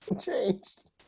changed